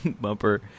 bumper